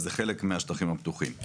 אז זה חלק מהשטחים הפתוחים.